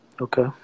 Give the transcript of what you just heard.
okay